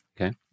Okay